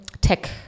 tech